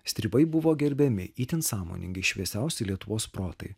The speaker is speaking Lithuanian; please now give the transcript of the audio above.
stribai buvo gerbiami itin sąmoningi šviesiausi lietuvos protai